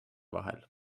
vahel